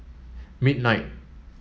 midnight